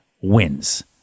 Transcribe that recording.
wins